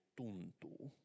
tuntuu